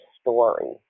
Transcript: story